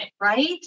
right